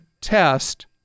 test